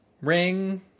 ring